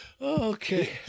okay